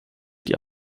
die